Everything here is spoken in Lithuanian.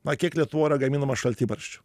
na kiek lietuvoj yra gaminama šaltibarščių